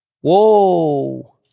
Whoa